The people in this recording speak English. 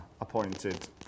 appointed